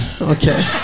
Okay